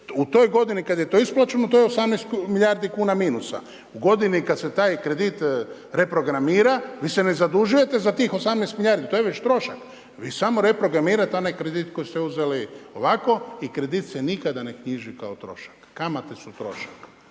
u toj godini kad je to isplaćeno, to je 18 milijardi kuna minusa. U godini kad se taj kredit reprogramira, vi se ne zadužujete za tih 18 milijardi, to je već trošak, vi samo reprogramirate onaj kredit koji ste uzeli ovako i kredit se nikada ne knjiži kao trošak, kamate su trošak.